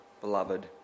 beloved